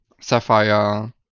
sapphire